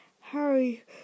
Harry